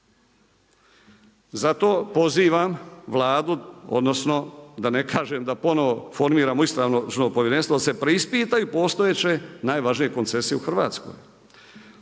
Zato pozivam Vladu, odnosno da ne kažem da ponovno formiramo istražno povjerenstvo da se preispitaju postojeće najvažnije koncesije u Hrvatskoj.